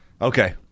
Okay